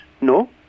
no